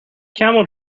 camel